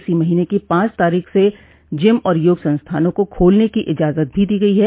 इस महीने की पांच तारीख से जिम और योग संस्थानों को खोलने की इजाजत भी दी गई है